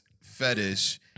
fetish